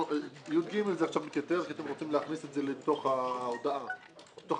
(יג) עכשיו מתייתר כי אתם רוצים להכניס את זה לתוך התשובה להשגה.